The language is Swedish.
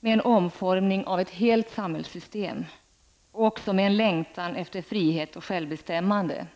Det pågår en omformning av ett helt samhällssystem, och det finns en längtan efter frihet och självbestämmande.